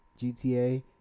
GTA